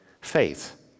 faith